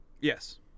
yes